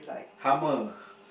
hummer